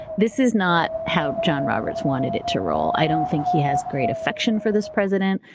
this is not how john roberts wanted it to roll. i don't think he has great affection for this president.